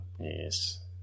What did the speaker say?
Yes